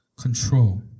control